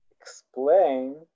explain